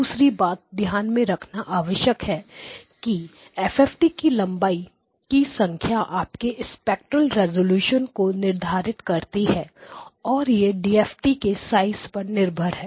दूसरी बात ध्यान में रखना आवश्यक है कि FFT की लंबाई की संख्या आपके स्पेक्ट्रेल रेजोल्यूशन को निर्धारित करती है और यह डीएफटी के साइज पर निर्भर है